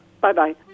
Bye-bye